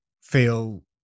feel